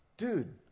dude